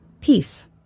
Peace